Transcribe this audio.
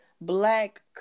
black